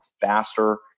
faster